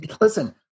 listen